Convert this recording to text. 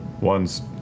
One's